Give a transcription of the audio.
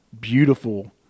beautiful